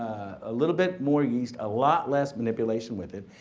a little bit more yeast a lot less manipulation with it.